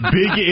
big